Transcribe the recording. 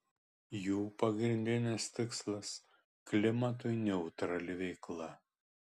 jų pagrindinis tikslas klimatui neutrali veikla